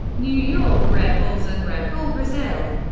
new york red bulls and red bull brasil.